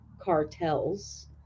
cartels